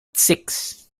six